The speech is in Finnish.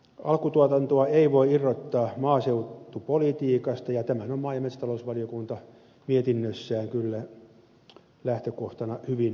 alkutuotantoa ei voi irrottaa maaseutupolitiikasta ja tämänhän on maa ja metsätalousvaliokunta mietinnössään kyllä lähtökohtana hyvin huomioinut